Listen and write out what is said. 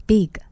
，Big